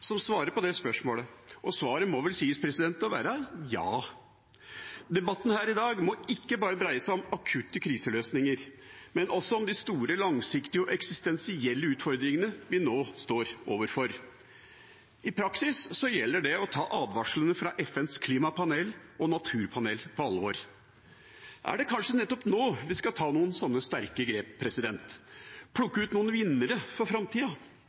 som svarer på det spørsmålet, og svaret må sies å være ja. Debatten her i dag må ikke bare dreie seg om akutte kriseløsninger, men også om de store, langsiktige, eksistensielle utfordringene vi nå står overfor. I praksis gjelder det å ta advarslene fra FNs klimapanel og naturpanel på alvor. Er det kanskje nettopp nå vi skal ta noen slike sterke grep og å plukke ut noen vinnere for framtida,